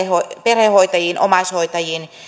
perhehoitajiin omaishoitajiin